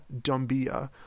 dumbia